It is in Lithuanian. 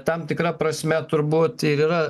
tam tikra prasme turbūt ir yra